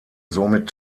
somit